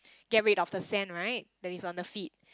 get rid of the sand right that is on the feet